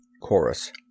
Chorus